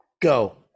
go